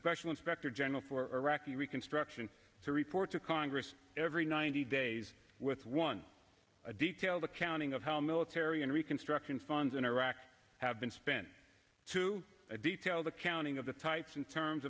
special inspector general for iraqi reconstruction to report to congress every ninety days with one a detailed accounting of how military and reconstruction funds in iraq have been spent to a detailed accounting of the types in terms